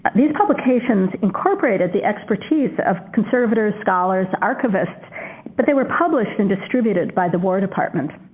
these publications incorporated the expertise of conservators, scholars, archivists but they were published and distributed by the war department.